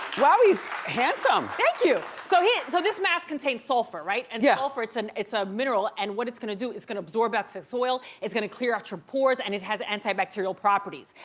wow, he's handsome. thank you. so so this mask contains sulfur right? and yeah sulfur, it's and it's a mineral. and what it's gonna do, it's gonna absorb excess oil, it's gonna clear out your pores, and it has antibacterial properties.